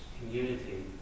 community